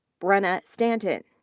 brenna stanton.